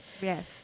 Yes